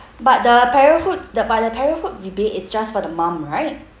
but the parenthood the but the parenthood rebate it's just for the mum right